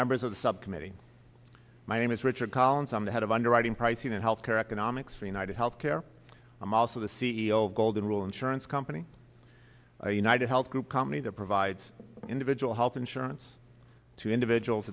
members of the subcommittee my name is richard collins on the head of underwriting pricing in health care economics for united healthcare i'm also the c e o of golden rule insurance company united health group company that provides individual health insurance to individuals